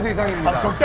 very much